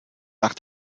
nach